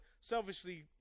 selfishly